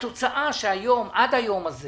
התוצאה שעד היום הזה